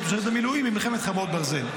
ומשרת במילואים במלחמת חרבות ברזל.